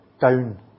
down